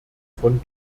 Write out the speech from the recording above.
von